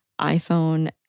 iPhone